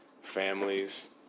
families